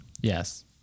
Yes